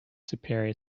superior